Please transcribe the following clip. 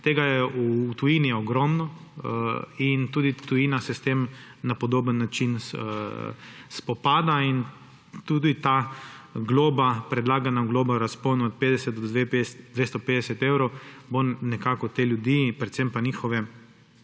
tega je v tujini ogromno in tudi tujina se s tem na podoben način spopada. Tudi ta predlagana globa v razponu od 50 do 250 evrov bo nekako te ljudi, predvsem pa njihova,